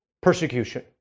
persecution